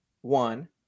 one